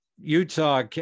Utah